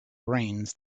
brains